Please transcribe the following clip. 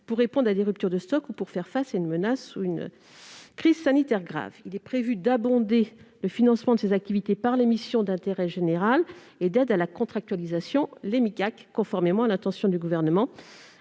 pour répondre à des ruptures de stock ou pour faire face à une menace ou à une crise sanitaire grave. Il est prévu d'assurer le financement de ces activités par le biais des missions d'intérêt général et d'aide à la contractualisation (Migac), conformément à l'intention du Gouvernement,